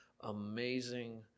amazing